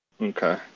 Okay